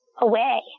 away